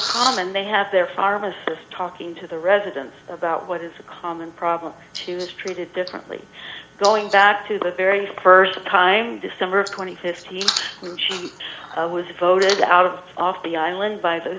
common they have their pharmacist talking to the residents about what is a common problem she was treated differently going back to the very st time december th he was voted out of off the island by the